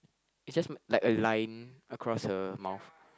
it's just like a line across her mouth